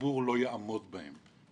שהציבור לא יעמוד בהם,